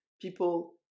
people